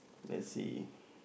let's see